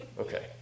okay